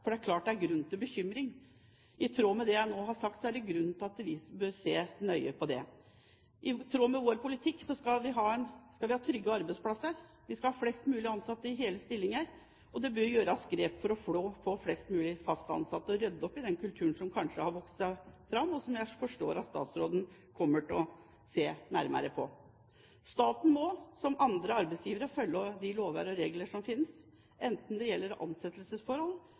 er klart at det er grunn til bekymring. I tråd med det jeg nå har sagt, er det grunn til at vi bør se nøye på det. I tråd med vår politikk skal vi ha trygge arbeidsplasser, vi skal ha flest mulig ansatte i hele stillinger, og det bør gjøres grep for å få flest mulig fast ansatte og rydde opp i den kulturen som kanskje har vokst seg fram, og som jeg forstår statsråden kommer til å se nærmere på. Staten må, som andre arbeidsgivere, følge de lover og regler som fins, enten det gjelder ansettelsesforhold,